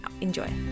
Enjoy